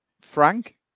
Frank